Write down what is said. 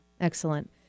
Excellent